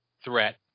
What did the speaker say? threat